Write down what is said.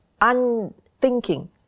unthinking